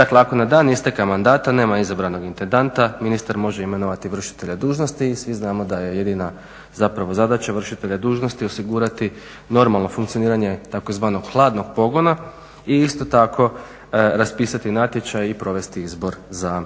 Dakle, ako na dan isteka mandata nema izabranog intendanta, ministar može imenovati vršitelja dužnosti i svi znamo da je jedina zapravo zadaća vršitelja dužnosti osigurati normalno funkcioniranje tzv. hladnog pogona i isto tako raspisati natječaj i provesti izbor za